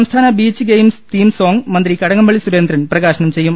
സംസ്ഥാന beach games theme song മന്ത്രി കടകംപള്ളി സുരേന്ദ്രൻ പ്രകാ ശനം ചെയ്യും